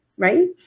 right